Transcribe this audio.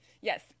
Yes